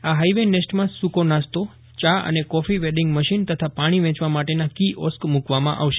આ હાઇવે નેસ્ટમાં સૂકી નાસ્તો ચા અને કોફી વેડિંગ મશીન તથા પાણી વેચવા માટેના કિઓસ્ક મૂકવામાં આવશે